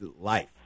life